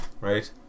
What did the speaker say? right